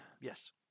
Yes